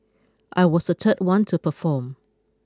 I was the third one to perform